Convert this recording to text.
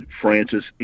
Francis